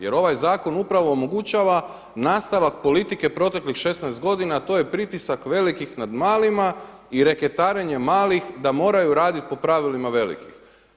Jer ovaj zakon upravo omogućava nastavak politike proteklih 16 godina, a to je pritisak velikih nad malima i reketarenje malih da moraju radit po pravilima velikih.